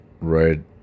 right